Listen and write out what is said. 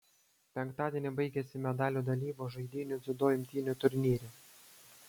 penktadienį baigėsi medalių dalybos žaidynių dziudo imtynių turnyre